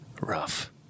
rough